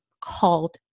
called